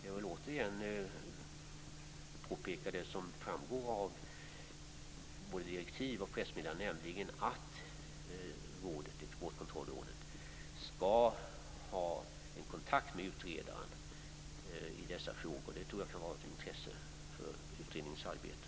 Jag vill återigen påpeka det som framgår av både direktiv och pressmeddelande, nämligen att Exportkontrollrådet skall ha kontakt med utredaren i dessa frågor. Det tror jag kan vara av intresse för utredningens arbete.